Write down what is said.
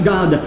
God